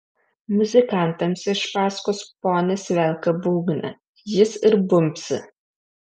muzikantams iš paskos ponis velka būgną jis ir bumbsi